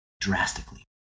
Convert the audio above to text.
drastically